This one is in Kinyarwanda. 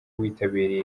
witabiriye